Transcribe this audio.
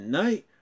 night